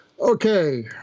Okay